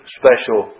special